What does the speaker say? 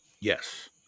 Yes